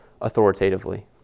authoritatively